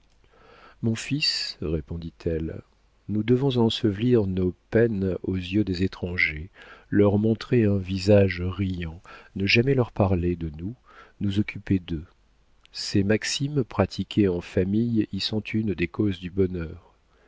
mon fils répondit-elle nous devons ensevelir nos peines aux yeux des étrangers leur montrer un visage riant ne jamais leur parler de nous nous occuper d'eux ces maximes pratiquées en famille y sont une des causes du bonheur